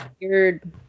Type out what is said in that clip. weird